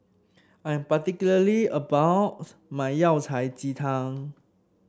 I am particularly about my Yao Cai Ji Tang